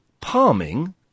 palming